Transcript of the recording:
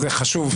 זה חשוב.